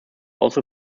also